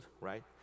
right